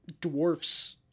dwarfs